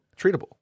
treatable